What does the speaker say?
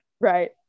right